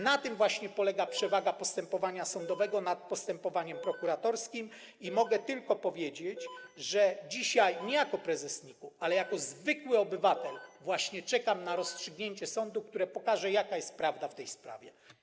Na tym właśnie polega przewaga postępowania sądowego nad postępowaniem prokuratorskim i mogę tylko powiedzieć, że dzisiaj nie jako prezes NIK-u, ale jako zwykły obywatel właśnie czekam na rozstrzygnięcie sądu, które pokaże, jaka jest prawda w tej sprawie.